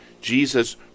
Jesus